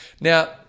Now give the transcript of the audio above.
Now